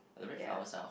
ya